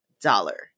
dollar